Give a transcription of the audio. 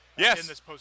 Yes